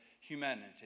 humanity